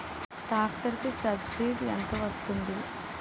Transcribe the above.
Tractor కి subsidy ఎంత వస్తుంది?